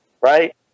right